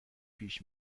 پیش